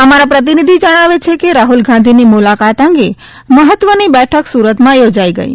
અમારા પ્રતિનિધિ જણાવે છે કે રાહ્લ ગાંધીની મુલાકાત અંગે મહત્વની બેઠક સુરતમાં થોજાઈ ગઈ